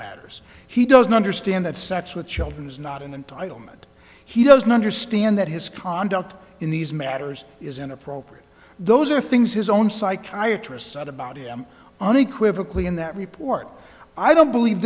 matters he doesn't understand that sex with children is not an entitlement he doesn't understand that his conduct in these matters is inappropriate those are things his own psychiatry said about him unequivocally in that report i don't believe